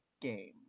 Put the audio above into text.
game